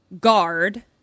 Guard